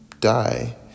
die